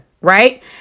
right